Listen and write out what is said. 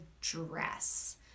dress